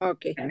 Okay